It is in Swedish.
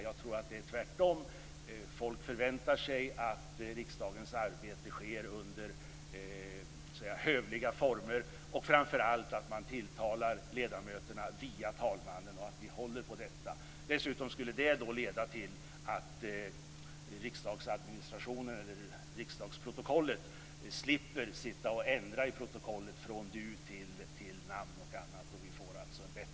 Jag tror att det är tvärtom. Folk förväntar sig att riksdagens arbete sker under hövliga former och framför allt att vi håller på att ledamöterna tilltalas via talmannen. Dessutom skulle det leda till att man slipper sitta och ändra i riksdagsprotokollet från dutilltal till angivande av namn. Det är en bättre tingens ordning.